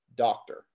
Doctor